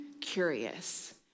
curious